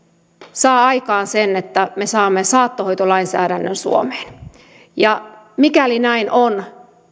saa aikaan sen että me saamme saattohoitolainsäädännön suomeen mikäli näin on